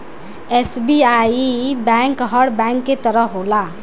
SBI bank हर bank के तरह होला